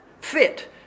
fit